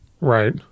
Right